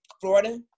Florida